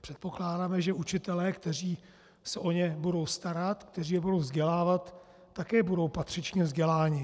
Předpokládáme, že učitelé, kteří se o ně budou starat, kteří je budou vzdělávat, také budou patřičně vzděláni.